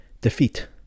defeat